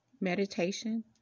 meditation